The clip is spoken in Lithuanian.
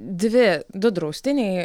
dvi du draustiniai